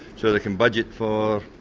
so they can budget for.